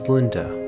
Linda